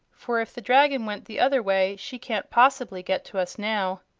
for if the dragon went the other way she can't poss'bly get to us now.